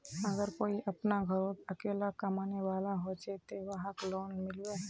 अगर कोई अपना घोरोत अकेला कमाने वाला होचे ते वहाक लोन मिलबे?